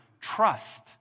trust